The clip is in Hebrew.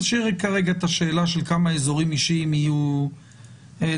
נשאיר כרגע את השאלה של כמה אזורים אישיים יהיו לאזרח.